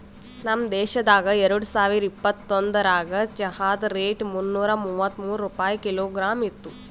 ನಮ್ ದೇಶದಾಗ್ ಎರಡು ಸಾವಿರ ಇಪ್ಪತ್ತೊಂದರಾಗ್ ಚಹಾದ್ ರೇಟ್ ಮುನ್ನೂರಾ ಮೂವತ್ಮೂರು ರೂಪಾಯಿ ಕಿಲೋಗ್ರಾಮ್ ಇತ್ತು